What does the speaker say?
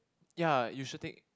ya you should take